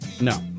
No